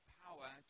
power